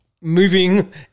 moving